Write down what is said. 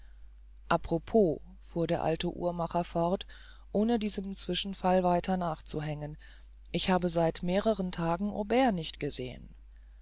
propos fuhr der alte uhrmacher fort ohne diesem zwischenfall weiter nachzuhängen ich habe seit mehreren tagen aubert nicht gesehen